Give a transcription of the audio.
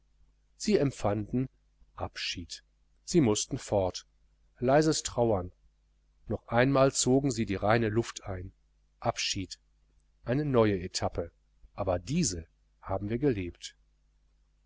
sie empfanden abschied sie mußten fort leises trauern noch einmal zogen sie die reine luft ein abschied eine neue etappe aber diese haben wir gelebt